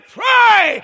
pray